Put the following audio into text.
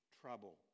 trouble